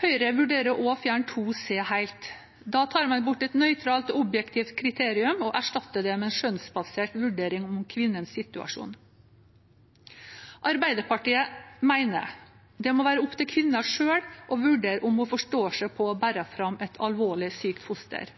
Høyre vurderer også å fjerne § 2 c helt. Da tar man bort et nøytralt og objektivt kriterium og erstatter det med en skjønnsbasert vurdering av kvinnens situasjon. Arbeiderpartiet mener det må være opp til kvinnen selv å vurdere om hun forstår seg på å bære fram et alvorlig sykt foster.